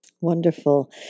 wonderful